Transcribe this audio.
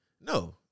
No